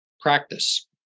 practice